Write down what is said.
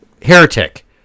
Heretic